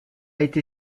été